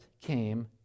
came